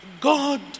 God